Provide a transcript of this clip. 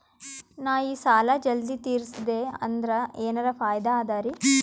ನಾ ಈ ಸಾಲಾ ಜಲ್ದಿ ತಿರಸ್ದೆ ಅಂದ್ರ ಎನರ ಫಾಯಿದಾ ಅದರಿ?